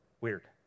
weird